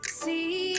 see